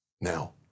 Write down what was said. Now